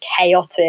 chaotic